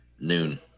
Noon